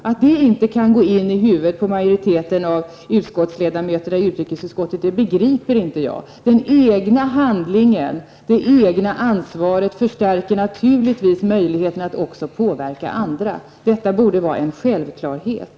Att det inte kan gå in i huvudet på majoriteten av utskottsledamöterna i utrikesutskottet begriper inte jag. Den egna handlingen, det egna ansvaret, förstärker naturligtvis möjligheten att också påverka andra. Detta borde vara en självklarhet.